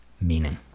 meaning